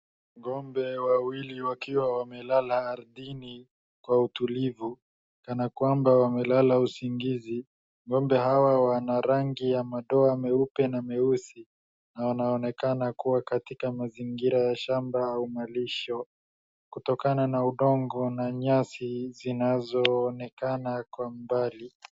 Ng'ombe wawili wakiwa wamelala ardhini kwa utulivu kana kwamba wamelala usingizi. Ng'ombe hawa wana rangi ya madowa meupe na meusi na wanaonekana kuwa katika mazingira ya shamba au malisho kutokana na udongo na nyasi zinazoonekana kwa mbali.